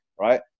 right